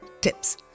tips